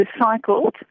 recycled